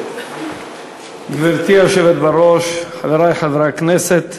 גברתי היושבת-ראש, חברי חברי הכנסת,